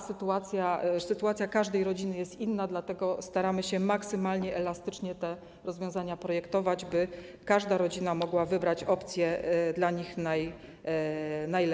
Sytuacja każdej rodziny jest inna, dlatego staramy się maksymalnie elastycznie te rozwiązania projektować, by każda rodzina mogła wybrać opcję dla niej najlepszą.